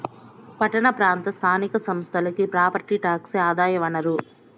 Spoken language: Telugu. పట్టణ ప్రాంత స్థానిక సంస్థలకి ప్రాపర్టీ టాక్సే ఆదాయ వనరు